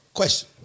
question